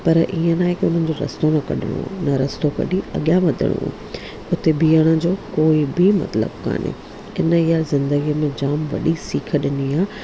पर ईअं न आहे की उन रस्तो कढियो उन रस्तो कढी अॻियां वधिणो हुते ॿीहण जो कोई बि मतिलबु कोन्हे इन इहा जिंदगीअ में जाम वॾी सिख ॾिनी आहे